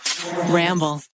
Ramble